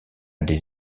des